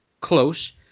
close